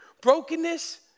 brokenness